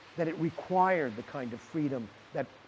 that it required the kind of freedom that